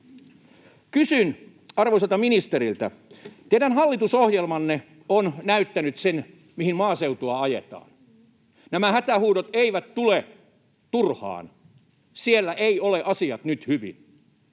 Arvoisa ministeri, teidän hallitusohjelmanne on näyttänyt sen, mihin maaseutua ajetaan. Nämä hätähuudot eivät tule turhaan. Siellä eivät ole asiat nyt hyvin.